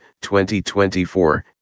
2024